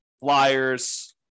flyers